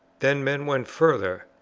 then men went further,